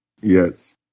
Yes